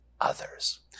others